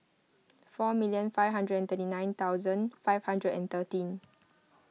four million five hundred and thirty nine thousand five hundred and thirteen